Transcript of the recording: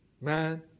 man